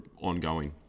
ongoing